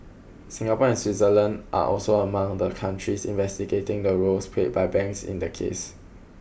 Singapore and Switzerland are also among the countries investigating the roles played by banks in the case